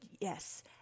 yes